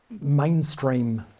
mainstream